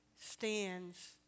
stands